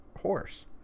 horse